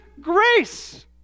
grace